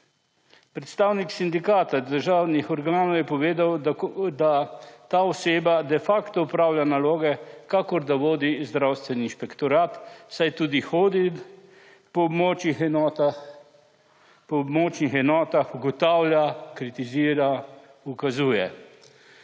Predstavnik sindikata državnih organov je povedal, da ta oseba de facto opravlja naloge kakor da vodi zdravstveni inšpektorat, saj tudi hodi po območnih enotah, ugotavlja, kritizira, ukazuje.